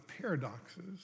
paradoxes